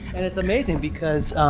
and it's amazing because